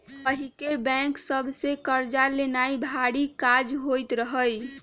पहिके बैंक सभ से कर्जा लेनाइ भारी काज होइत रहइ